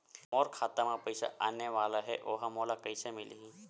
मोर खाता म पईसा आने वाला हे ओहा मोला कइसे मिलही?